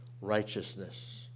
righteousness